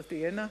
את רוצה שאפריע?